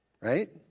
Right